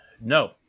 No